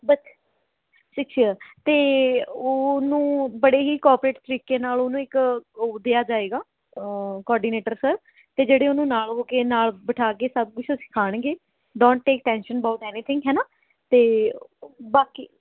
but six years ਅਤੇ ਓਹਨੂੰ ਬੜੇ ਹੀ ਕੋਪਰੇਟ ਤਰੀਕੇ ਨਾਲ ਉਹਨੂੰ ਇੱਕ ਉਹ ਦਿਆ ਜਾਏਗਾ ਕੋਡੀਨੇਟਰ ਸਰ ਅਤੇ ਜਿਹੜੇ ਓਹਨੂੰ ਨਾਲ ਹੋ ਕੇ ਨਾਲ ਬਿਠਾ ਕੇ ਸਭ ਕੁਛ ਸਿਖਾਣਗੇ don't take tension about anything ਹੈ ਨਾ ਅਤੇ ਬਾਕੀ